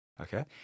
Okay